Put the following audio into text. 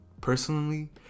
personally